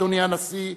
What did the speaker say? אדוני הנשיא,